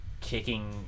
kicking